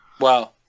Wow